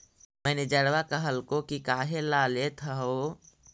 मैनेजरवा कहलको कि काहेला लेथ हहो?